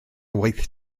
waith